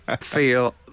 feel